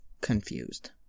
confused